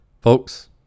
Folks